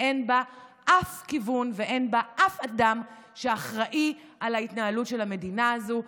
שאין בה אף כיוון ואין בה אף אדם שאחראי על ההתנהלות של המדינה הזו.